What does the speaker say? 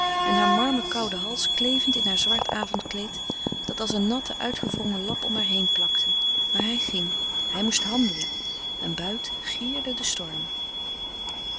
en haar marmerkouden hals klevend in haar zwart avondkleed dat als een natte uitgewrongen lap om haar heen plakte maar hij ging hij moest handelen en buiten gierde de storm